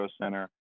Center